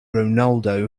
ronaldo